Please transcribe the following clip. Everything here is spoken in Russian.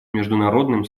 международным